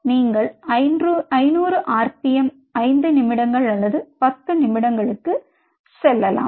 நீங்கள் 500 ஆர்பிஎம் 5 நிமிடங்கள் அல்லது 10 நிமிடங்களுக்கு செல்லலாம்